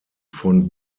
von